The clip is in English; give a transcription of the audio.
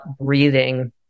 breathing